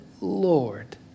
Lord